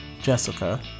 Jessica